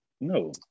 No